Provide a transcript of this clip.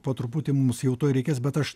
po truputį mums jau tuoj reikės bet aš